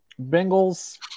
Bengals